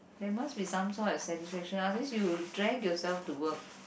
there must be some sort of satisfaction otherwise you drag yourself to work